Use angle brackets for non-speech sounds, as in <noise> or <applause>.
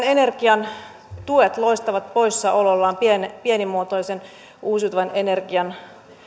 <unintelligible> energian tuet loistavat poissaolollaan pienimuotoisen uusiutuvan energian